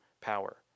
power